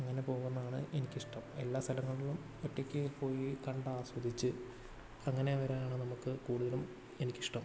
അങ്ങനെ പോകുന്നതാണ് എനിക്കിഷ്ടം എല്ലാ സ്ഥലങ്ങളും ഒറ്റയ്ക്ക് പോയി കണ്ടാസ്വദിച്ച് അങ്ങനെ വരാനാണ് നമുക്ക് കൂടുതലും എനിക്കിഷ്ടം